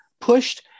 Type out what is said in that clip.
pushed